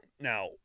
Now